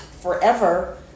forever